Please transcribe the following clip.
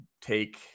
take